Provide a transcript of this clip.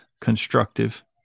constructive